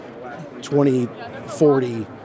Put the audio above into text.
2040